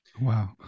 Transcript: Wow